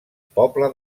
poble